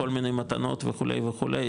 מכל מיני מתנות וכו' וכו',